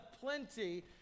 plenty